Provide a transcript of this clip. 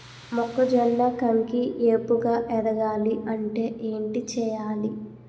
మొక్కజొన్న కంకి ఏపుగ ఎదగాలి అంటే ఏంటి చేయాలి?